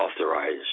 authorized